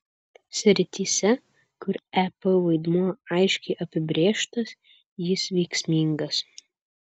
srityse kur ep vaidmuo aiškiai apibrėžtas jis veiksmingas